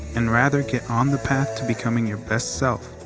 and rather get on the path to becoming your best self.